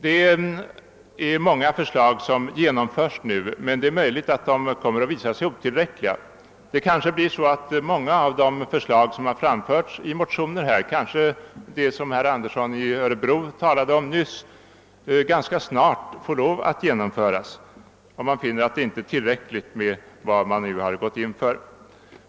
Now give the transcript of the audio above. Det är många förslag som genomförs nu, men det är möjligt att de kommer att visa sig otillräckliga, och det kanske blir så, att även en hel del av de motionsförslag som har framförts, t.ex. det som herr Andersson i Örebro talade om nyss, ganska snart måste förverkligas.